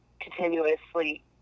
continuously